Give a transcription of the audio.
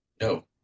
No